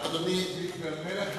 המלך במועצתו?